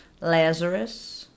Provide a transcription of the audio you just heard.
Lazarus